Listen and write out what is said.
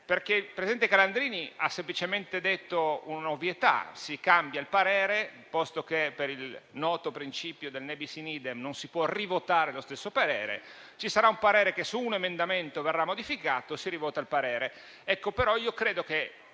Il presidente Calandrini ha semplicemente detto un'ovvietà: si cambia il parere. Posto che per il noto principio del *ne bis in idem* non si può votare di nuovo lo stesso parere, ci sarà un parere che su un emendamento verrà modificato e si rivoterà il parere. Credo, tuttavia, che